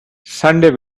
sunday